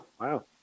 wow